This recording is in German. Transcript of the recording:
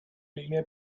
linie